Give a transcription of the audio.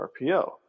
RPO